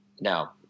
Now